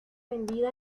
vendida